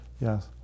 yes